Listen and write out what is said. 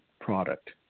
product